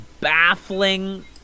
baffling